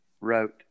wrote